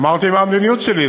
אמרתי מה המדיניות שלי,